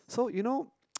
so you know